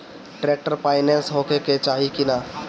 Tractor पाईनेस होखे के चाही कि ना?